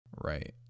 Right